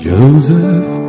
Joseph